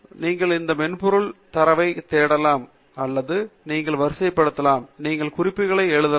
நீங்கள் இந்த மென்பொருளில் தரவைத் தேடலாம் அவற்றை நீங்கள் வரிசைப்படுத்தலாம் நீங்கள் குறிப்புகளை எழுதலாம்